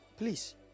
Please